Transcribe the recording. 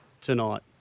tonight